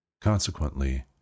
Consequently